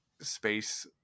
space